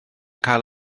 cael